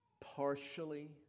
partially